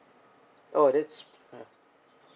oh that's